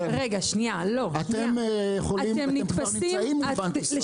אתם כבר נמצאים מול בנק ישראל.